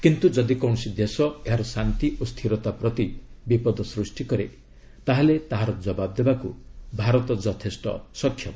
କିନ୍ତୁ ଯଦି କୌଣସି ଦେଶ ଏହାର ଶାନ୍ତି ଓ ସ୍ଥିରତା ପ୍ରତି ବିପଦ ସ୍ଦୃଷ୍ଟି କରେ ତାହାହେଲେ ତାହାର ଜବାବ୍ ଦେବାକୁ ଭାରତ ଯଥେଷ୍ଟ ସକ୍ଷମ